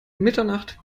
mitternacht